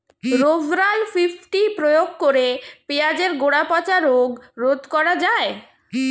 Rovral fifty প্রয়োগ করে পেঁয়াজের গোড়া পচা রোগ রোধ করা যায়?